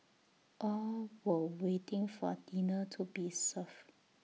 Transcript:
all were waiting for dinner to be served